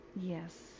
yes